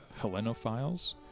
Hellenophiles